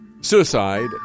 suicide